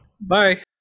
Bye